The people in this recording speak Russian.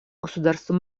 государства